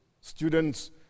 Students